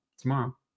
tomorrow